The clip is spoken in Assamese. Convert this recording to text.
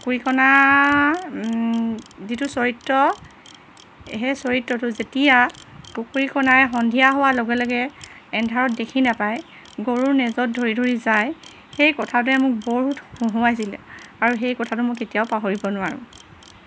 কুকুৰীকণা যিটো চৰিত্ৰ সেই চৰিত্ৰটো যেতিয়া কুকুৰীকণাই সন্ধিয়া হোৱাৰ লগে লগে এন্ধাৰত দেখি নেপায় গৰুৰ নেজত ধৰি ধৰি যায় সেই কথাটোৱে মোক বহুত হঁহুৱাইছিলে আৰু সেই কথাটো মোৰ কেতিয়াও পাহৰিব নোৱাৰোঁ